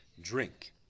drink